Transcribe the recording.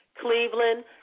Cleveland